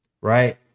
right